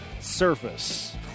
surface